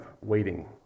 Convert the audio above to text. waiting